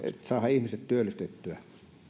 saadaan ihmiset työllistettyä